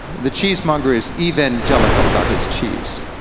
the cheese monger is evangelical about his cheese.